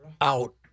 out